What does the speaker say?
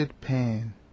pan